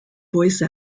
voice